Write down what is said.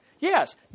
yes